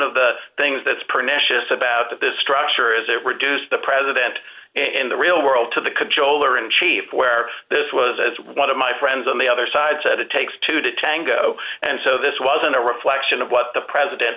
of the things that's printed about the structure is it reduced the president in the real world to the controller in chief where this was as one of my friends on the other side said it takes two to tango and so this wasn't a reflection of what the president